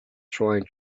trying